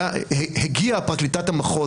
הגיעה פרקליטת המחוז,